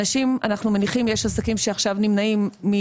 אנחנו מניחים שיש אנשים שנמנעים עכשיו